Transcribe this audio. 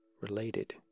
related